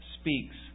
speaks